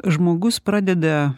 žmogus pradeda